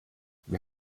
wir